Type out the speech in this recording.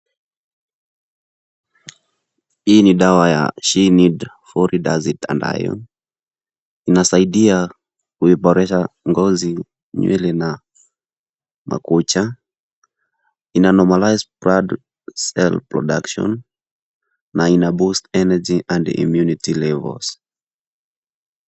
Hii ni dawa ya Chinos, Folic acid and Iron . Inasaidia kuboresha ngozi, nywele na makucha. Ina normalise blood cell production na ina boost energy and immunity levels .